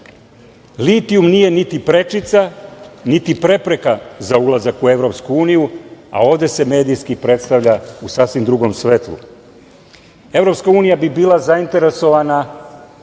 Litijum nije niti prečica, niti prepreka za ulazak u EU, a ovde se medijski predstavlja u sasvim drugom svetlu. Evropska unija bi bila zainteresovana